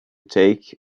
take